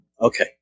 Okay